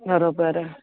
बरोबर